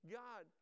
god